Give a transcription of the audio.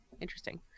Interesting